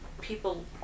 people